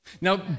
Now